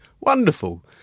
wonderful